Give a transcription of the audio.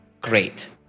Great